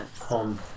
home